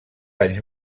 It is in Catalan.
anys